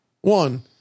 one